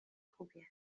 خوبیه